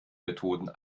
methoden